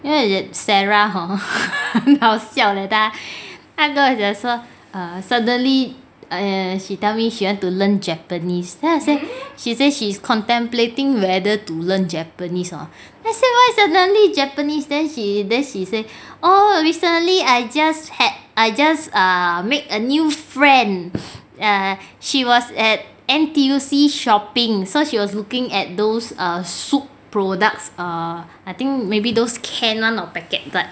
you know that sarah hor 好笑 leh 他他跟我讲说 err suddenly err she tell me she want to learn japanese then I say she say she's contemplating whether to learn japanese or then I say why suddenly japanese then she then she say orh recently I just had I just err make a new friend err she was at N_T_U_C shopping so she was looking at those err soup products err I think maybe those canned [one] or packet but